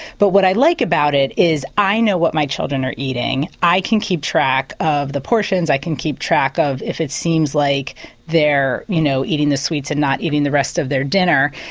but what i like about it is i know what my children are eating, i can keep track of the portions, i can keep track of if it seems like they're you know eating the sweets and not eating the rest of their dinner.